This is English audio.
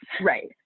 Right